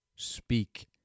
Speak